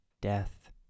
death